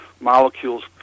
molecules